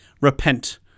Repent